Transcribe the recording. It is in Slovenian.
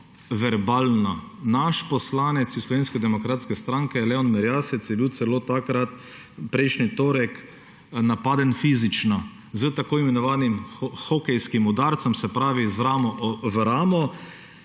verbalna, naš poslanec iz Slovenske demokratske stranke Leon Merjasec je bil takrat, prejšnji torek, celo napaden fizično s tako imenovanim hokejskim udarcem, se pravi z ramo v ramo.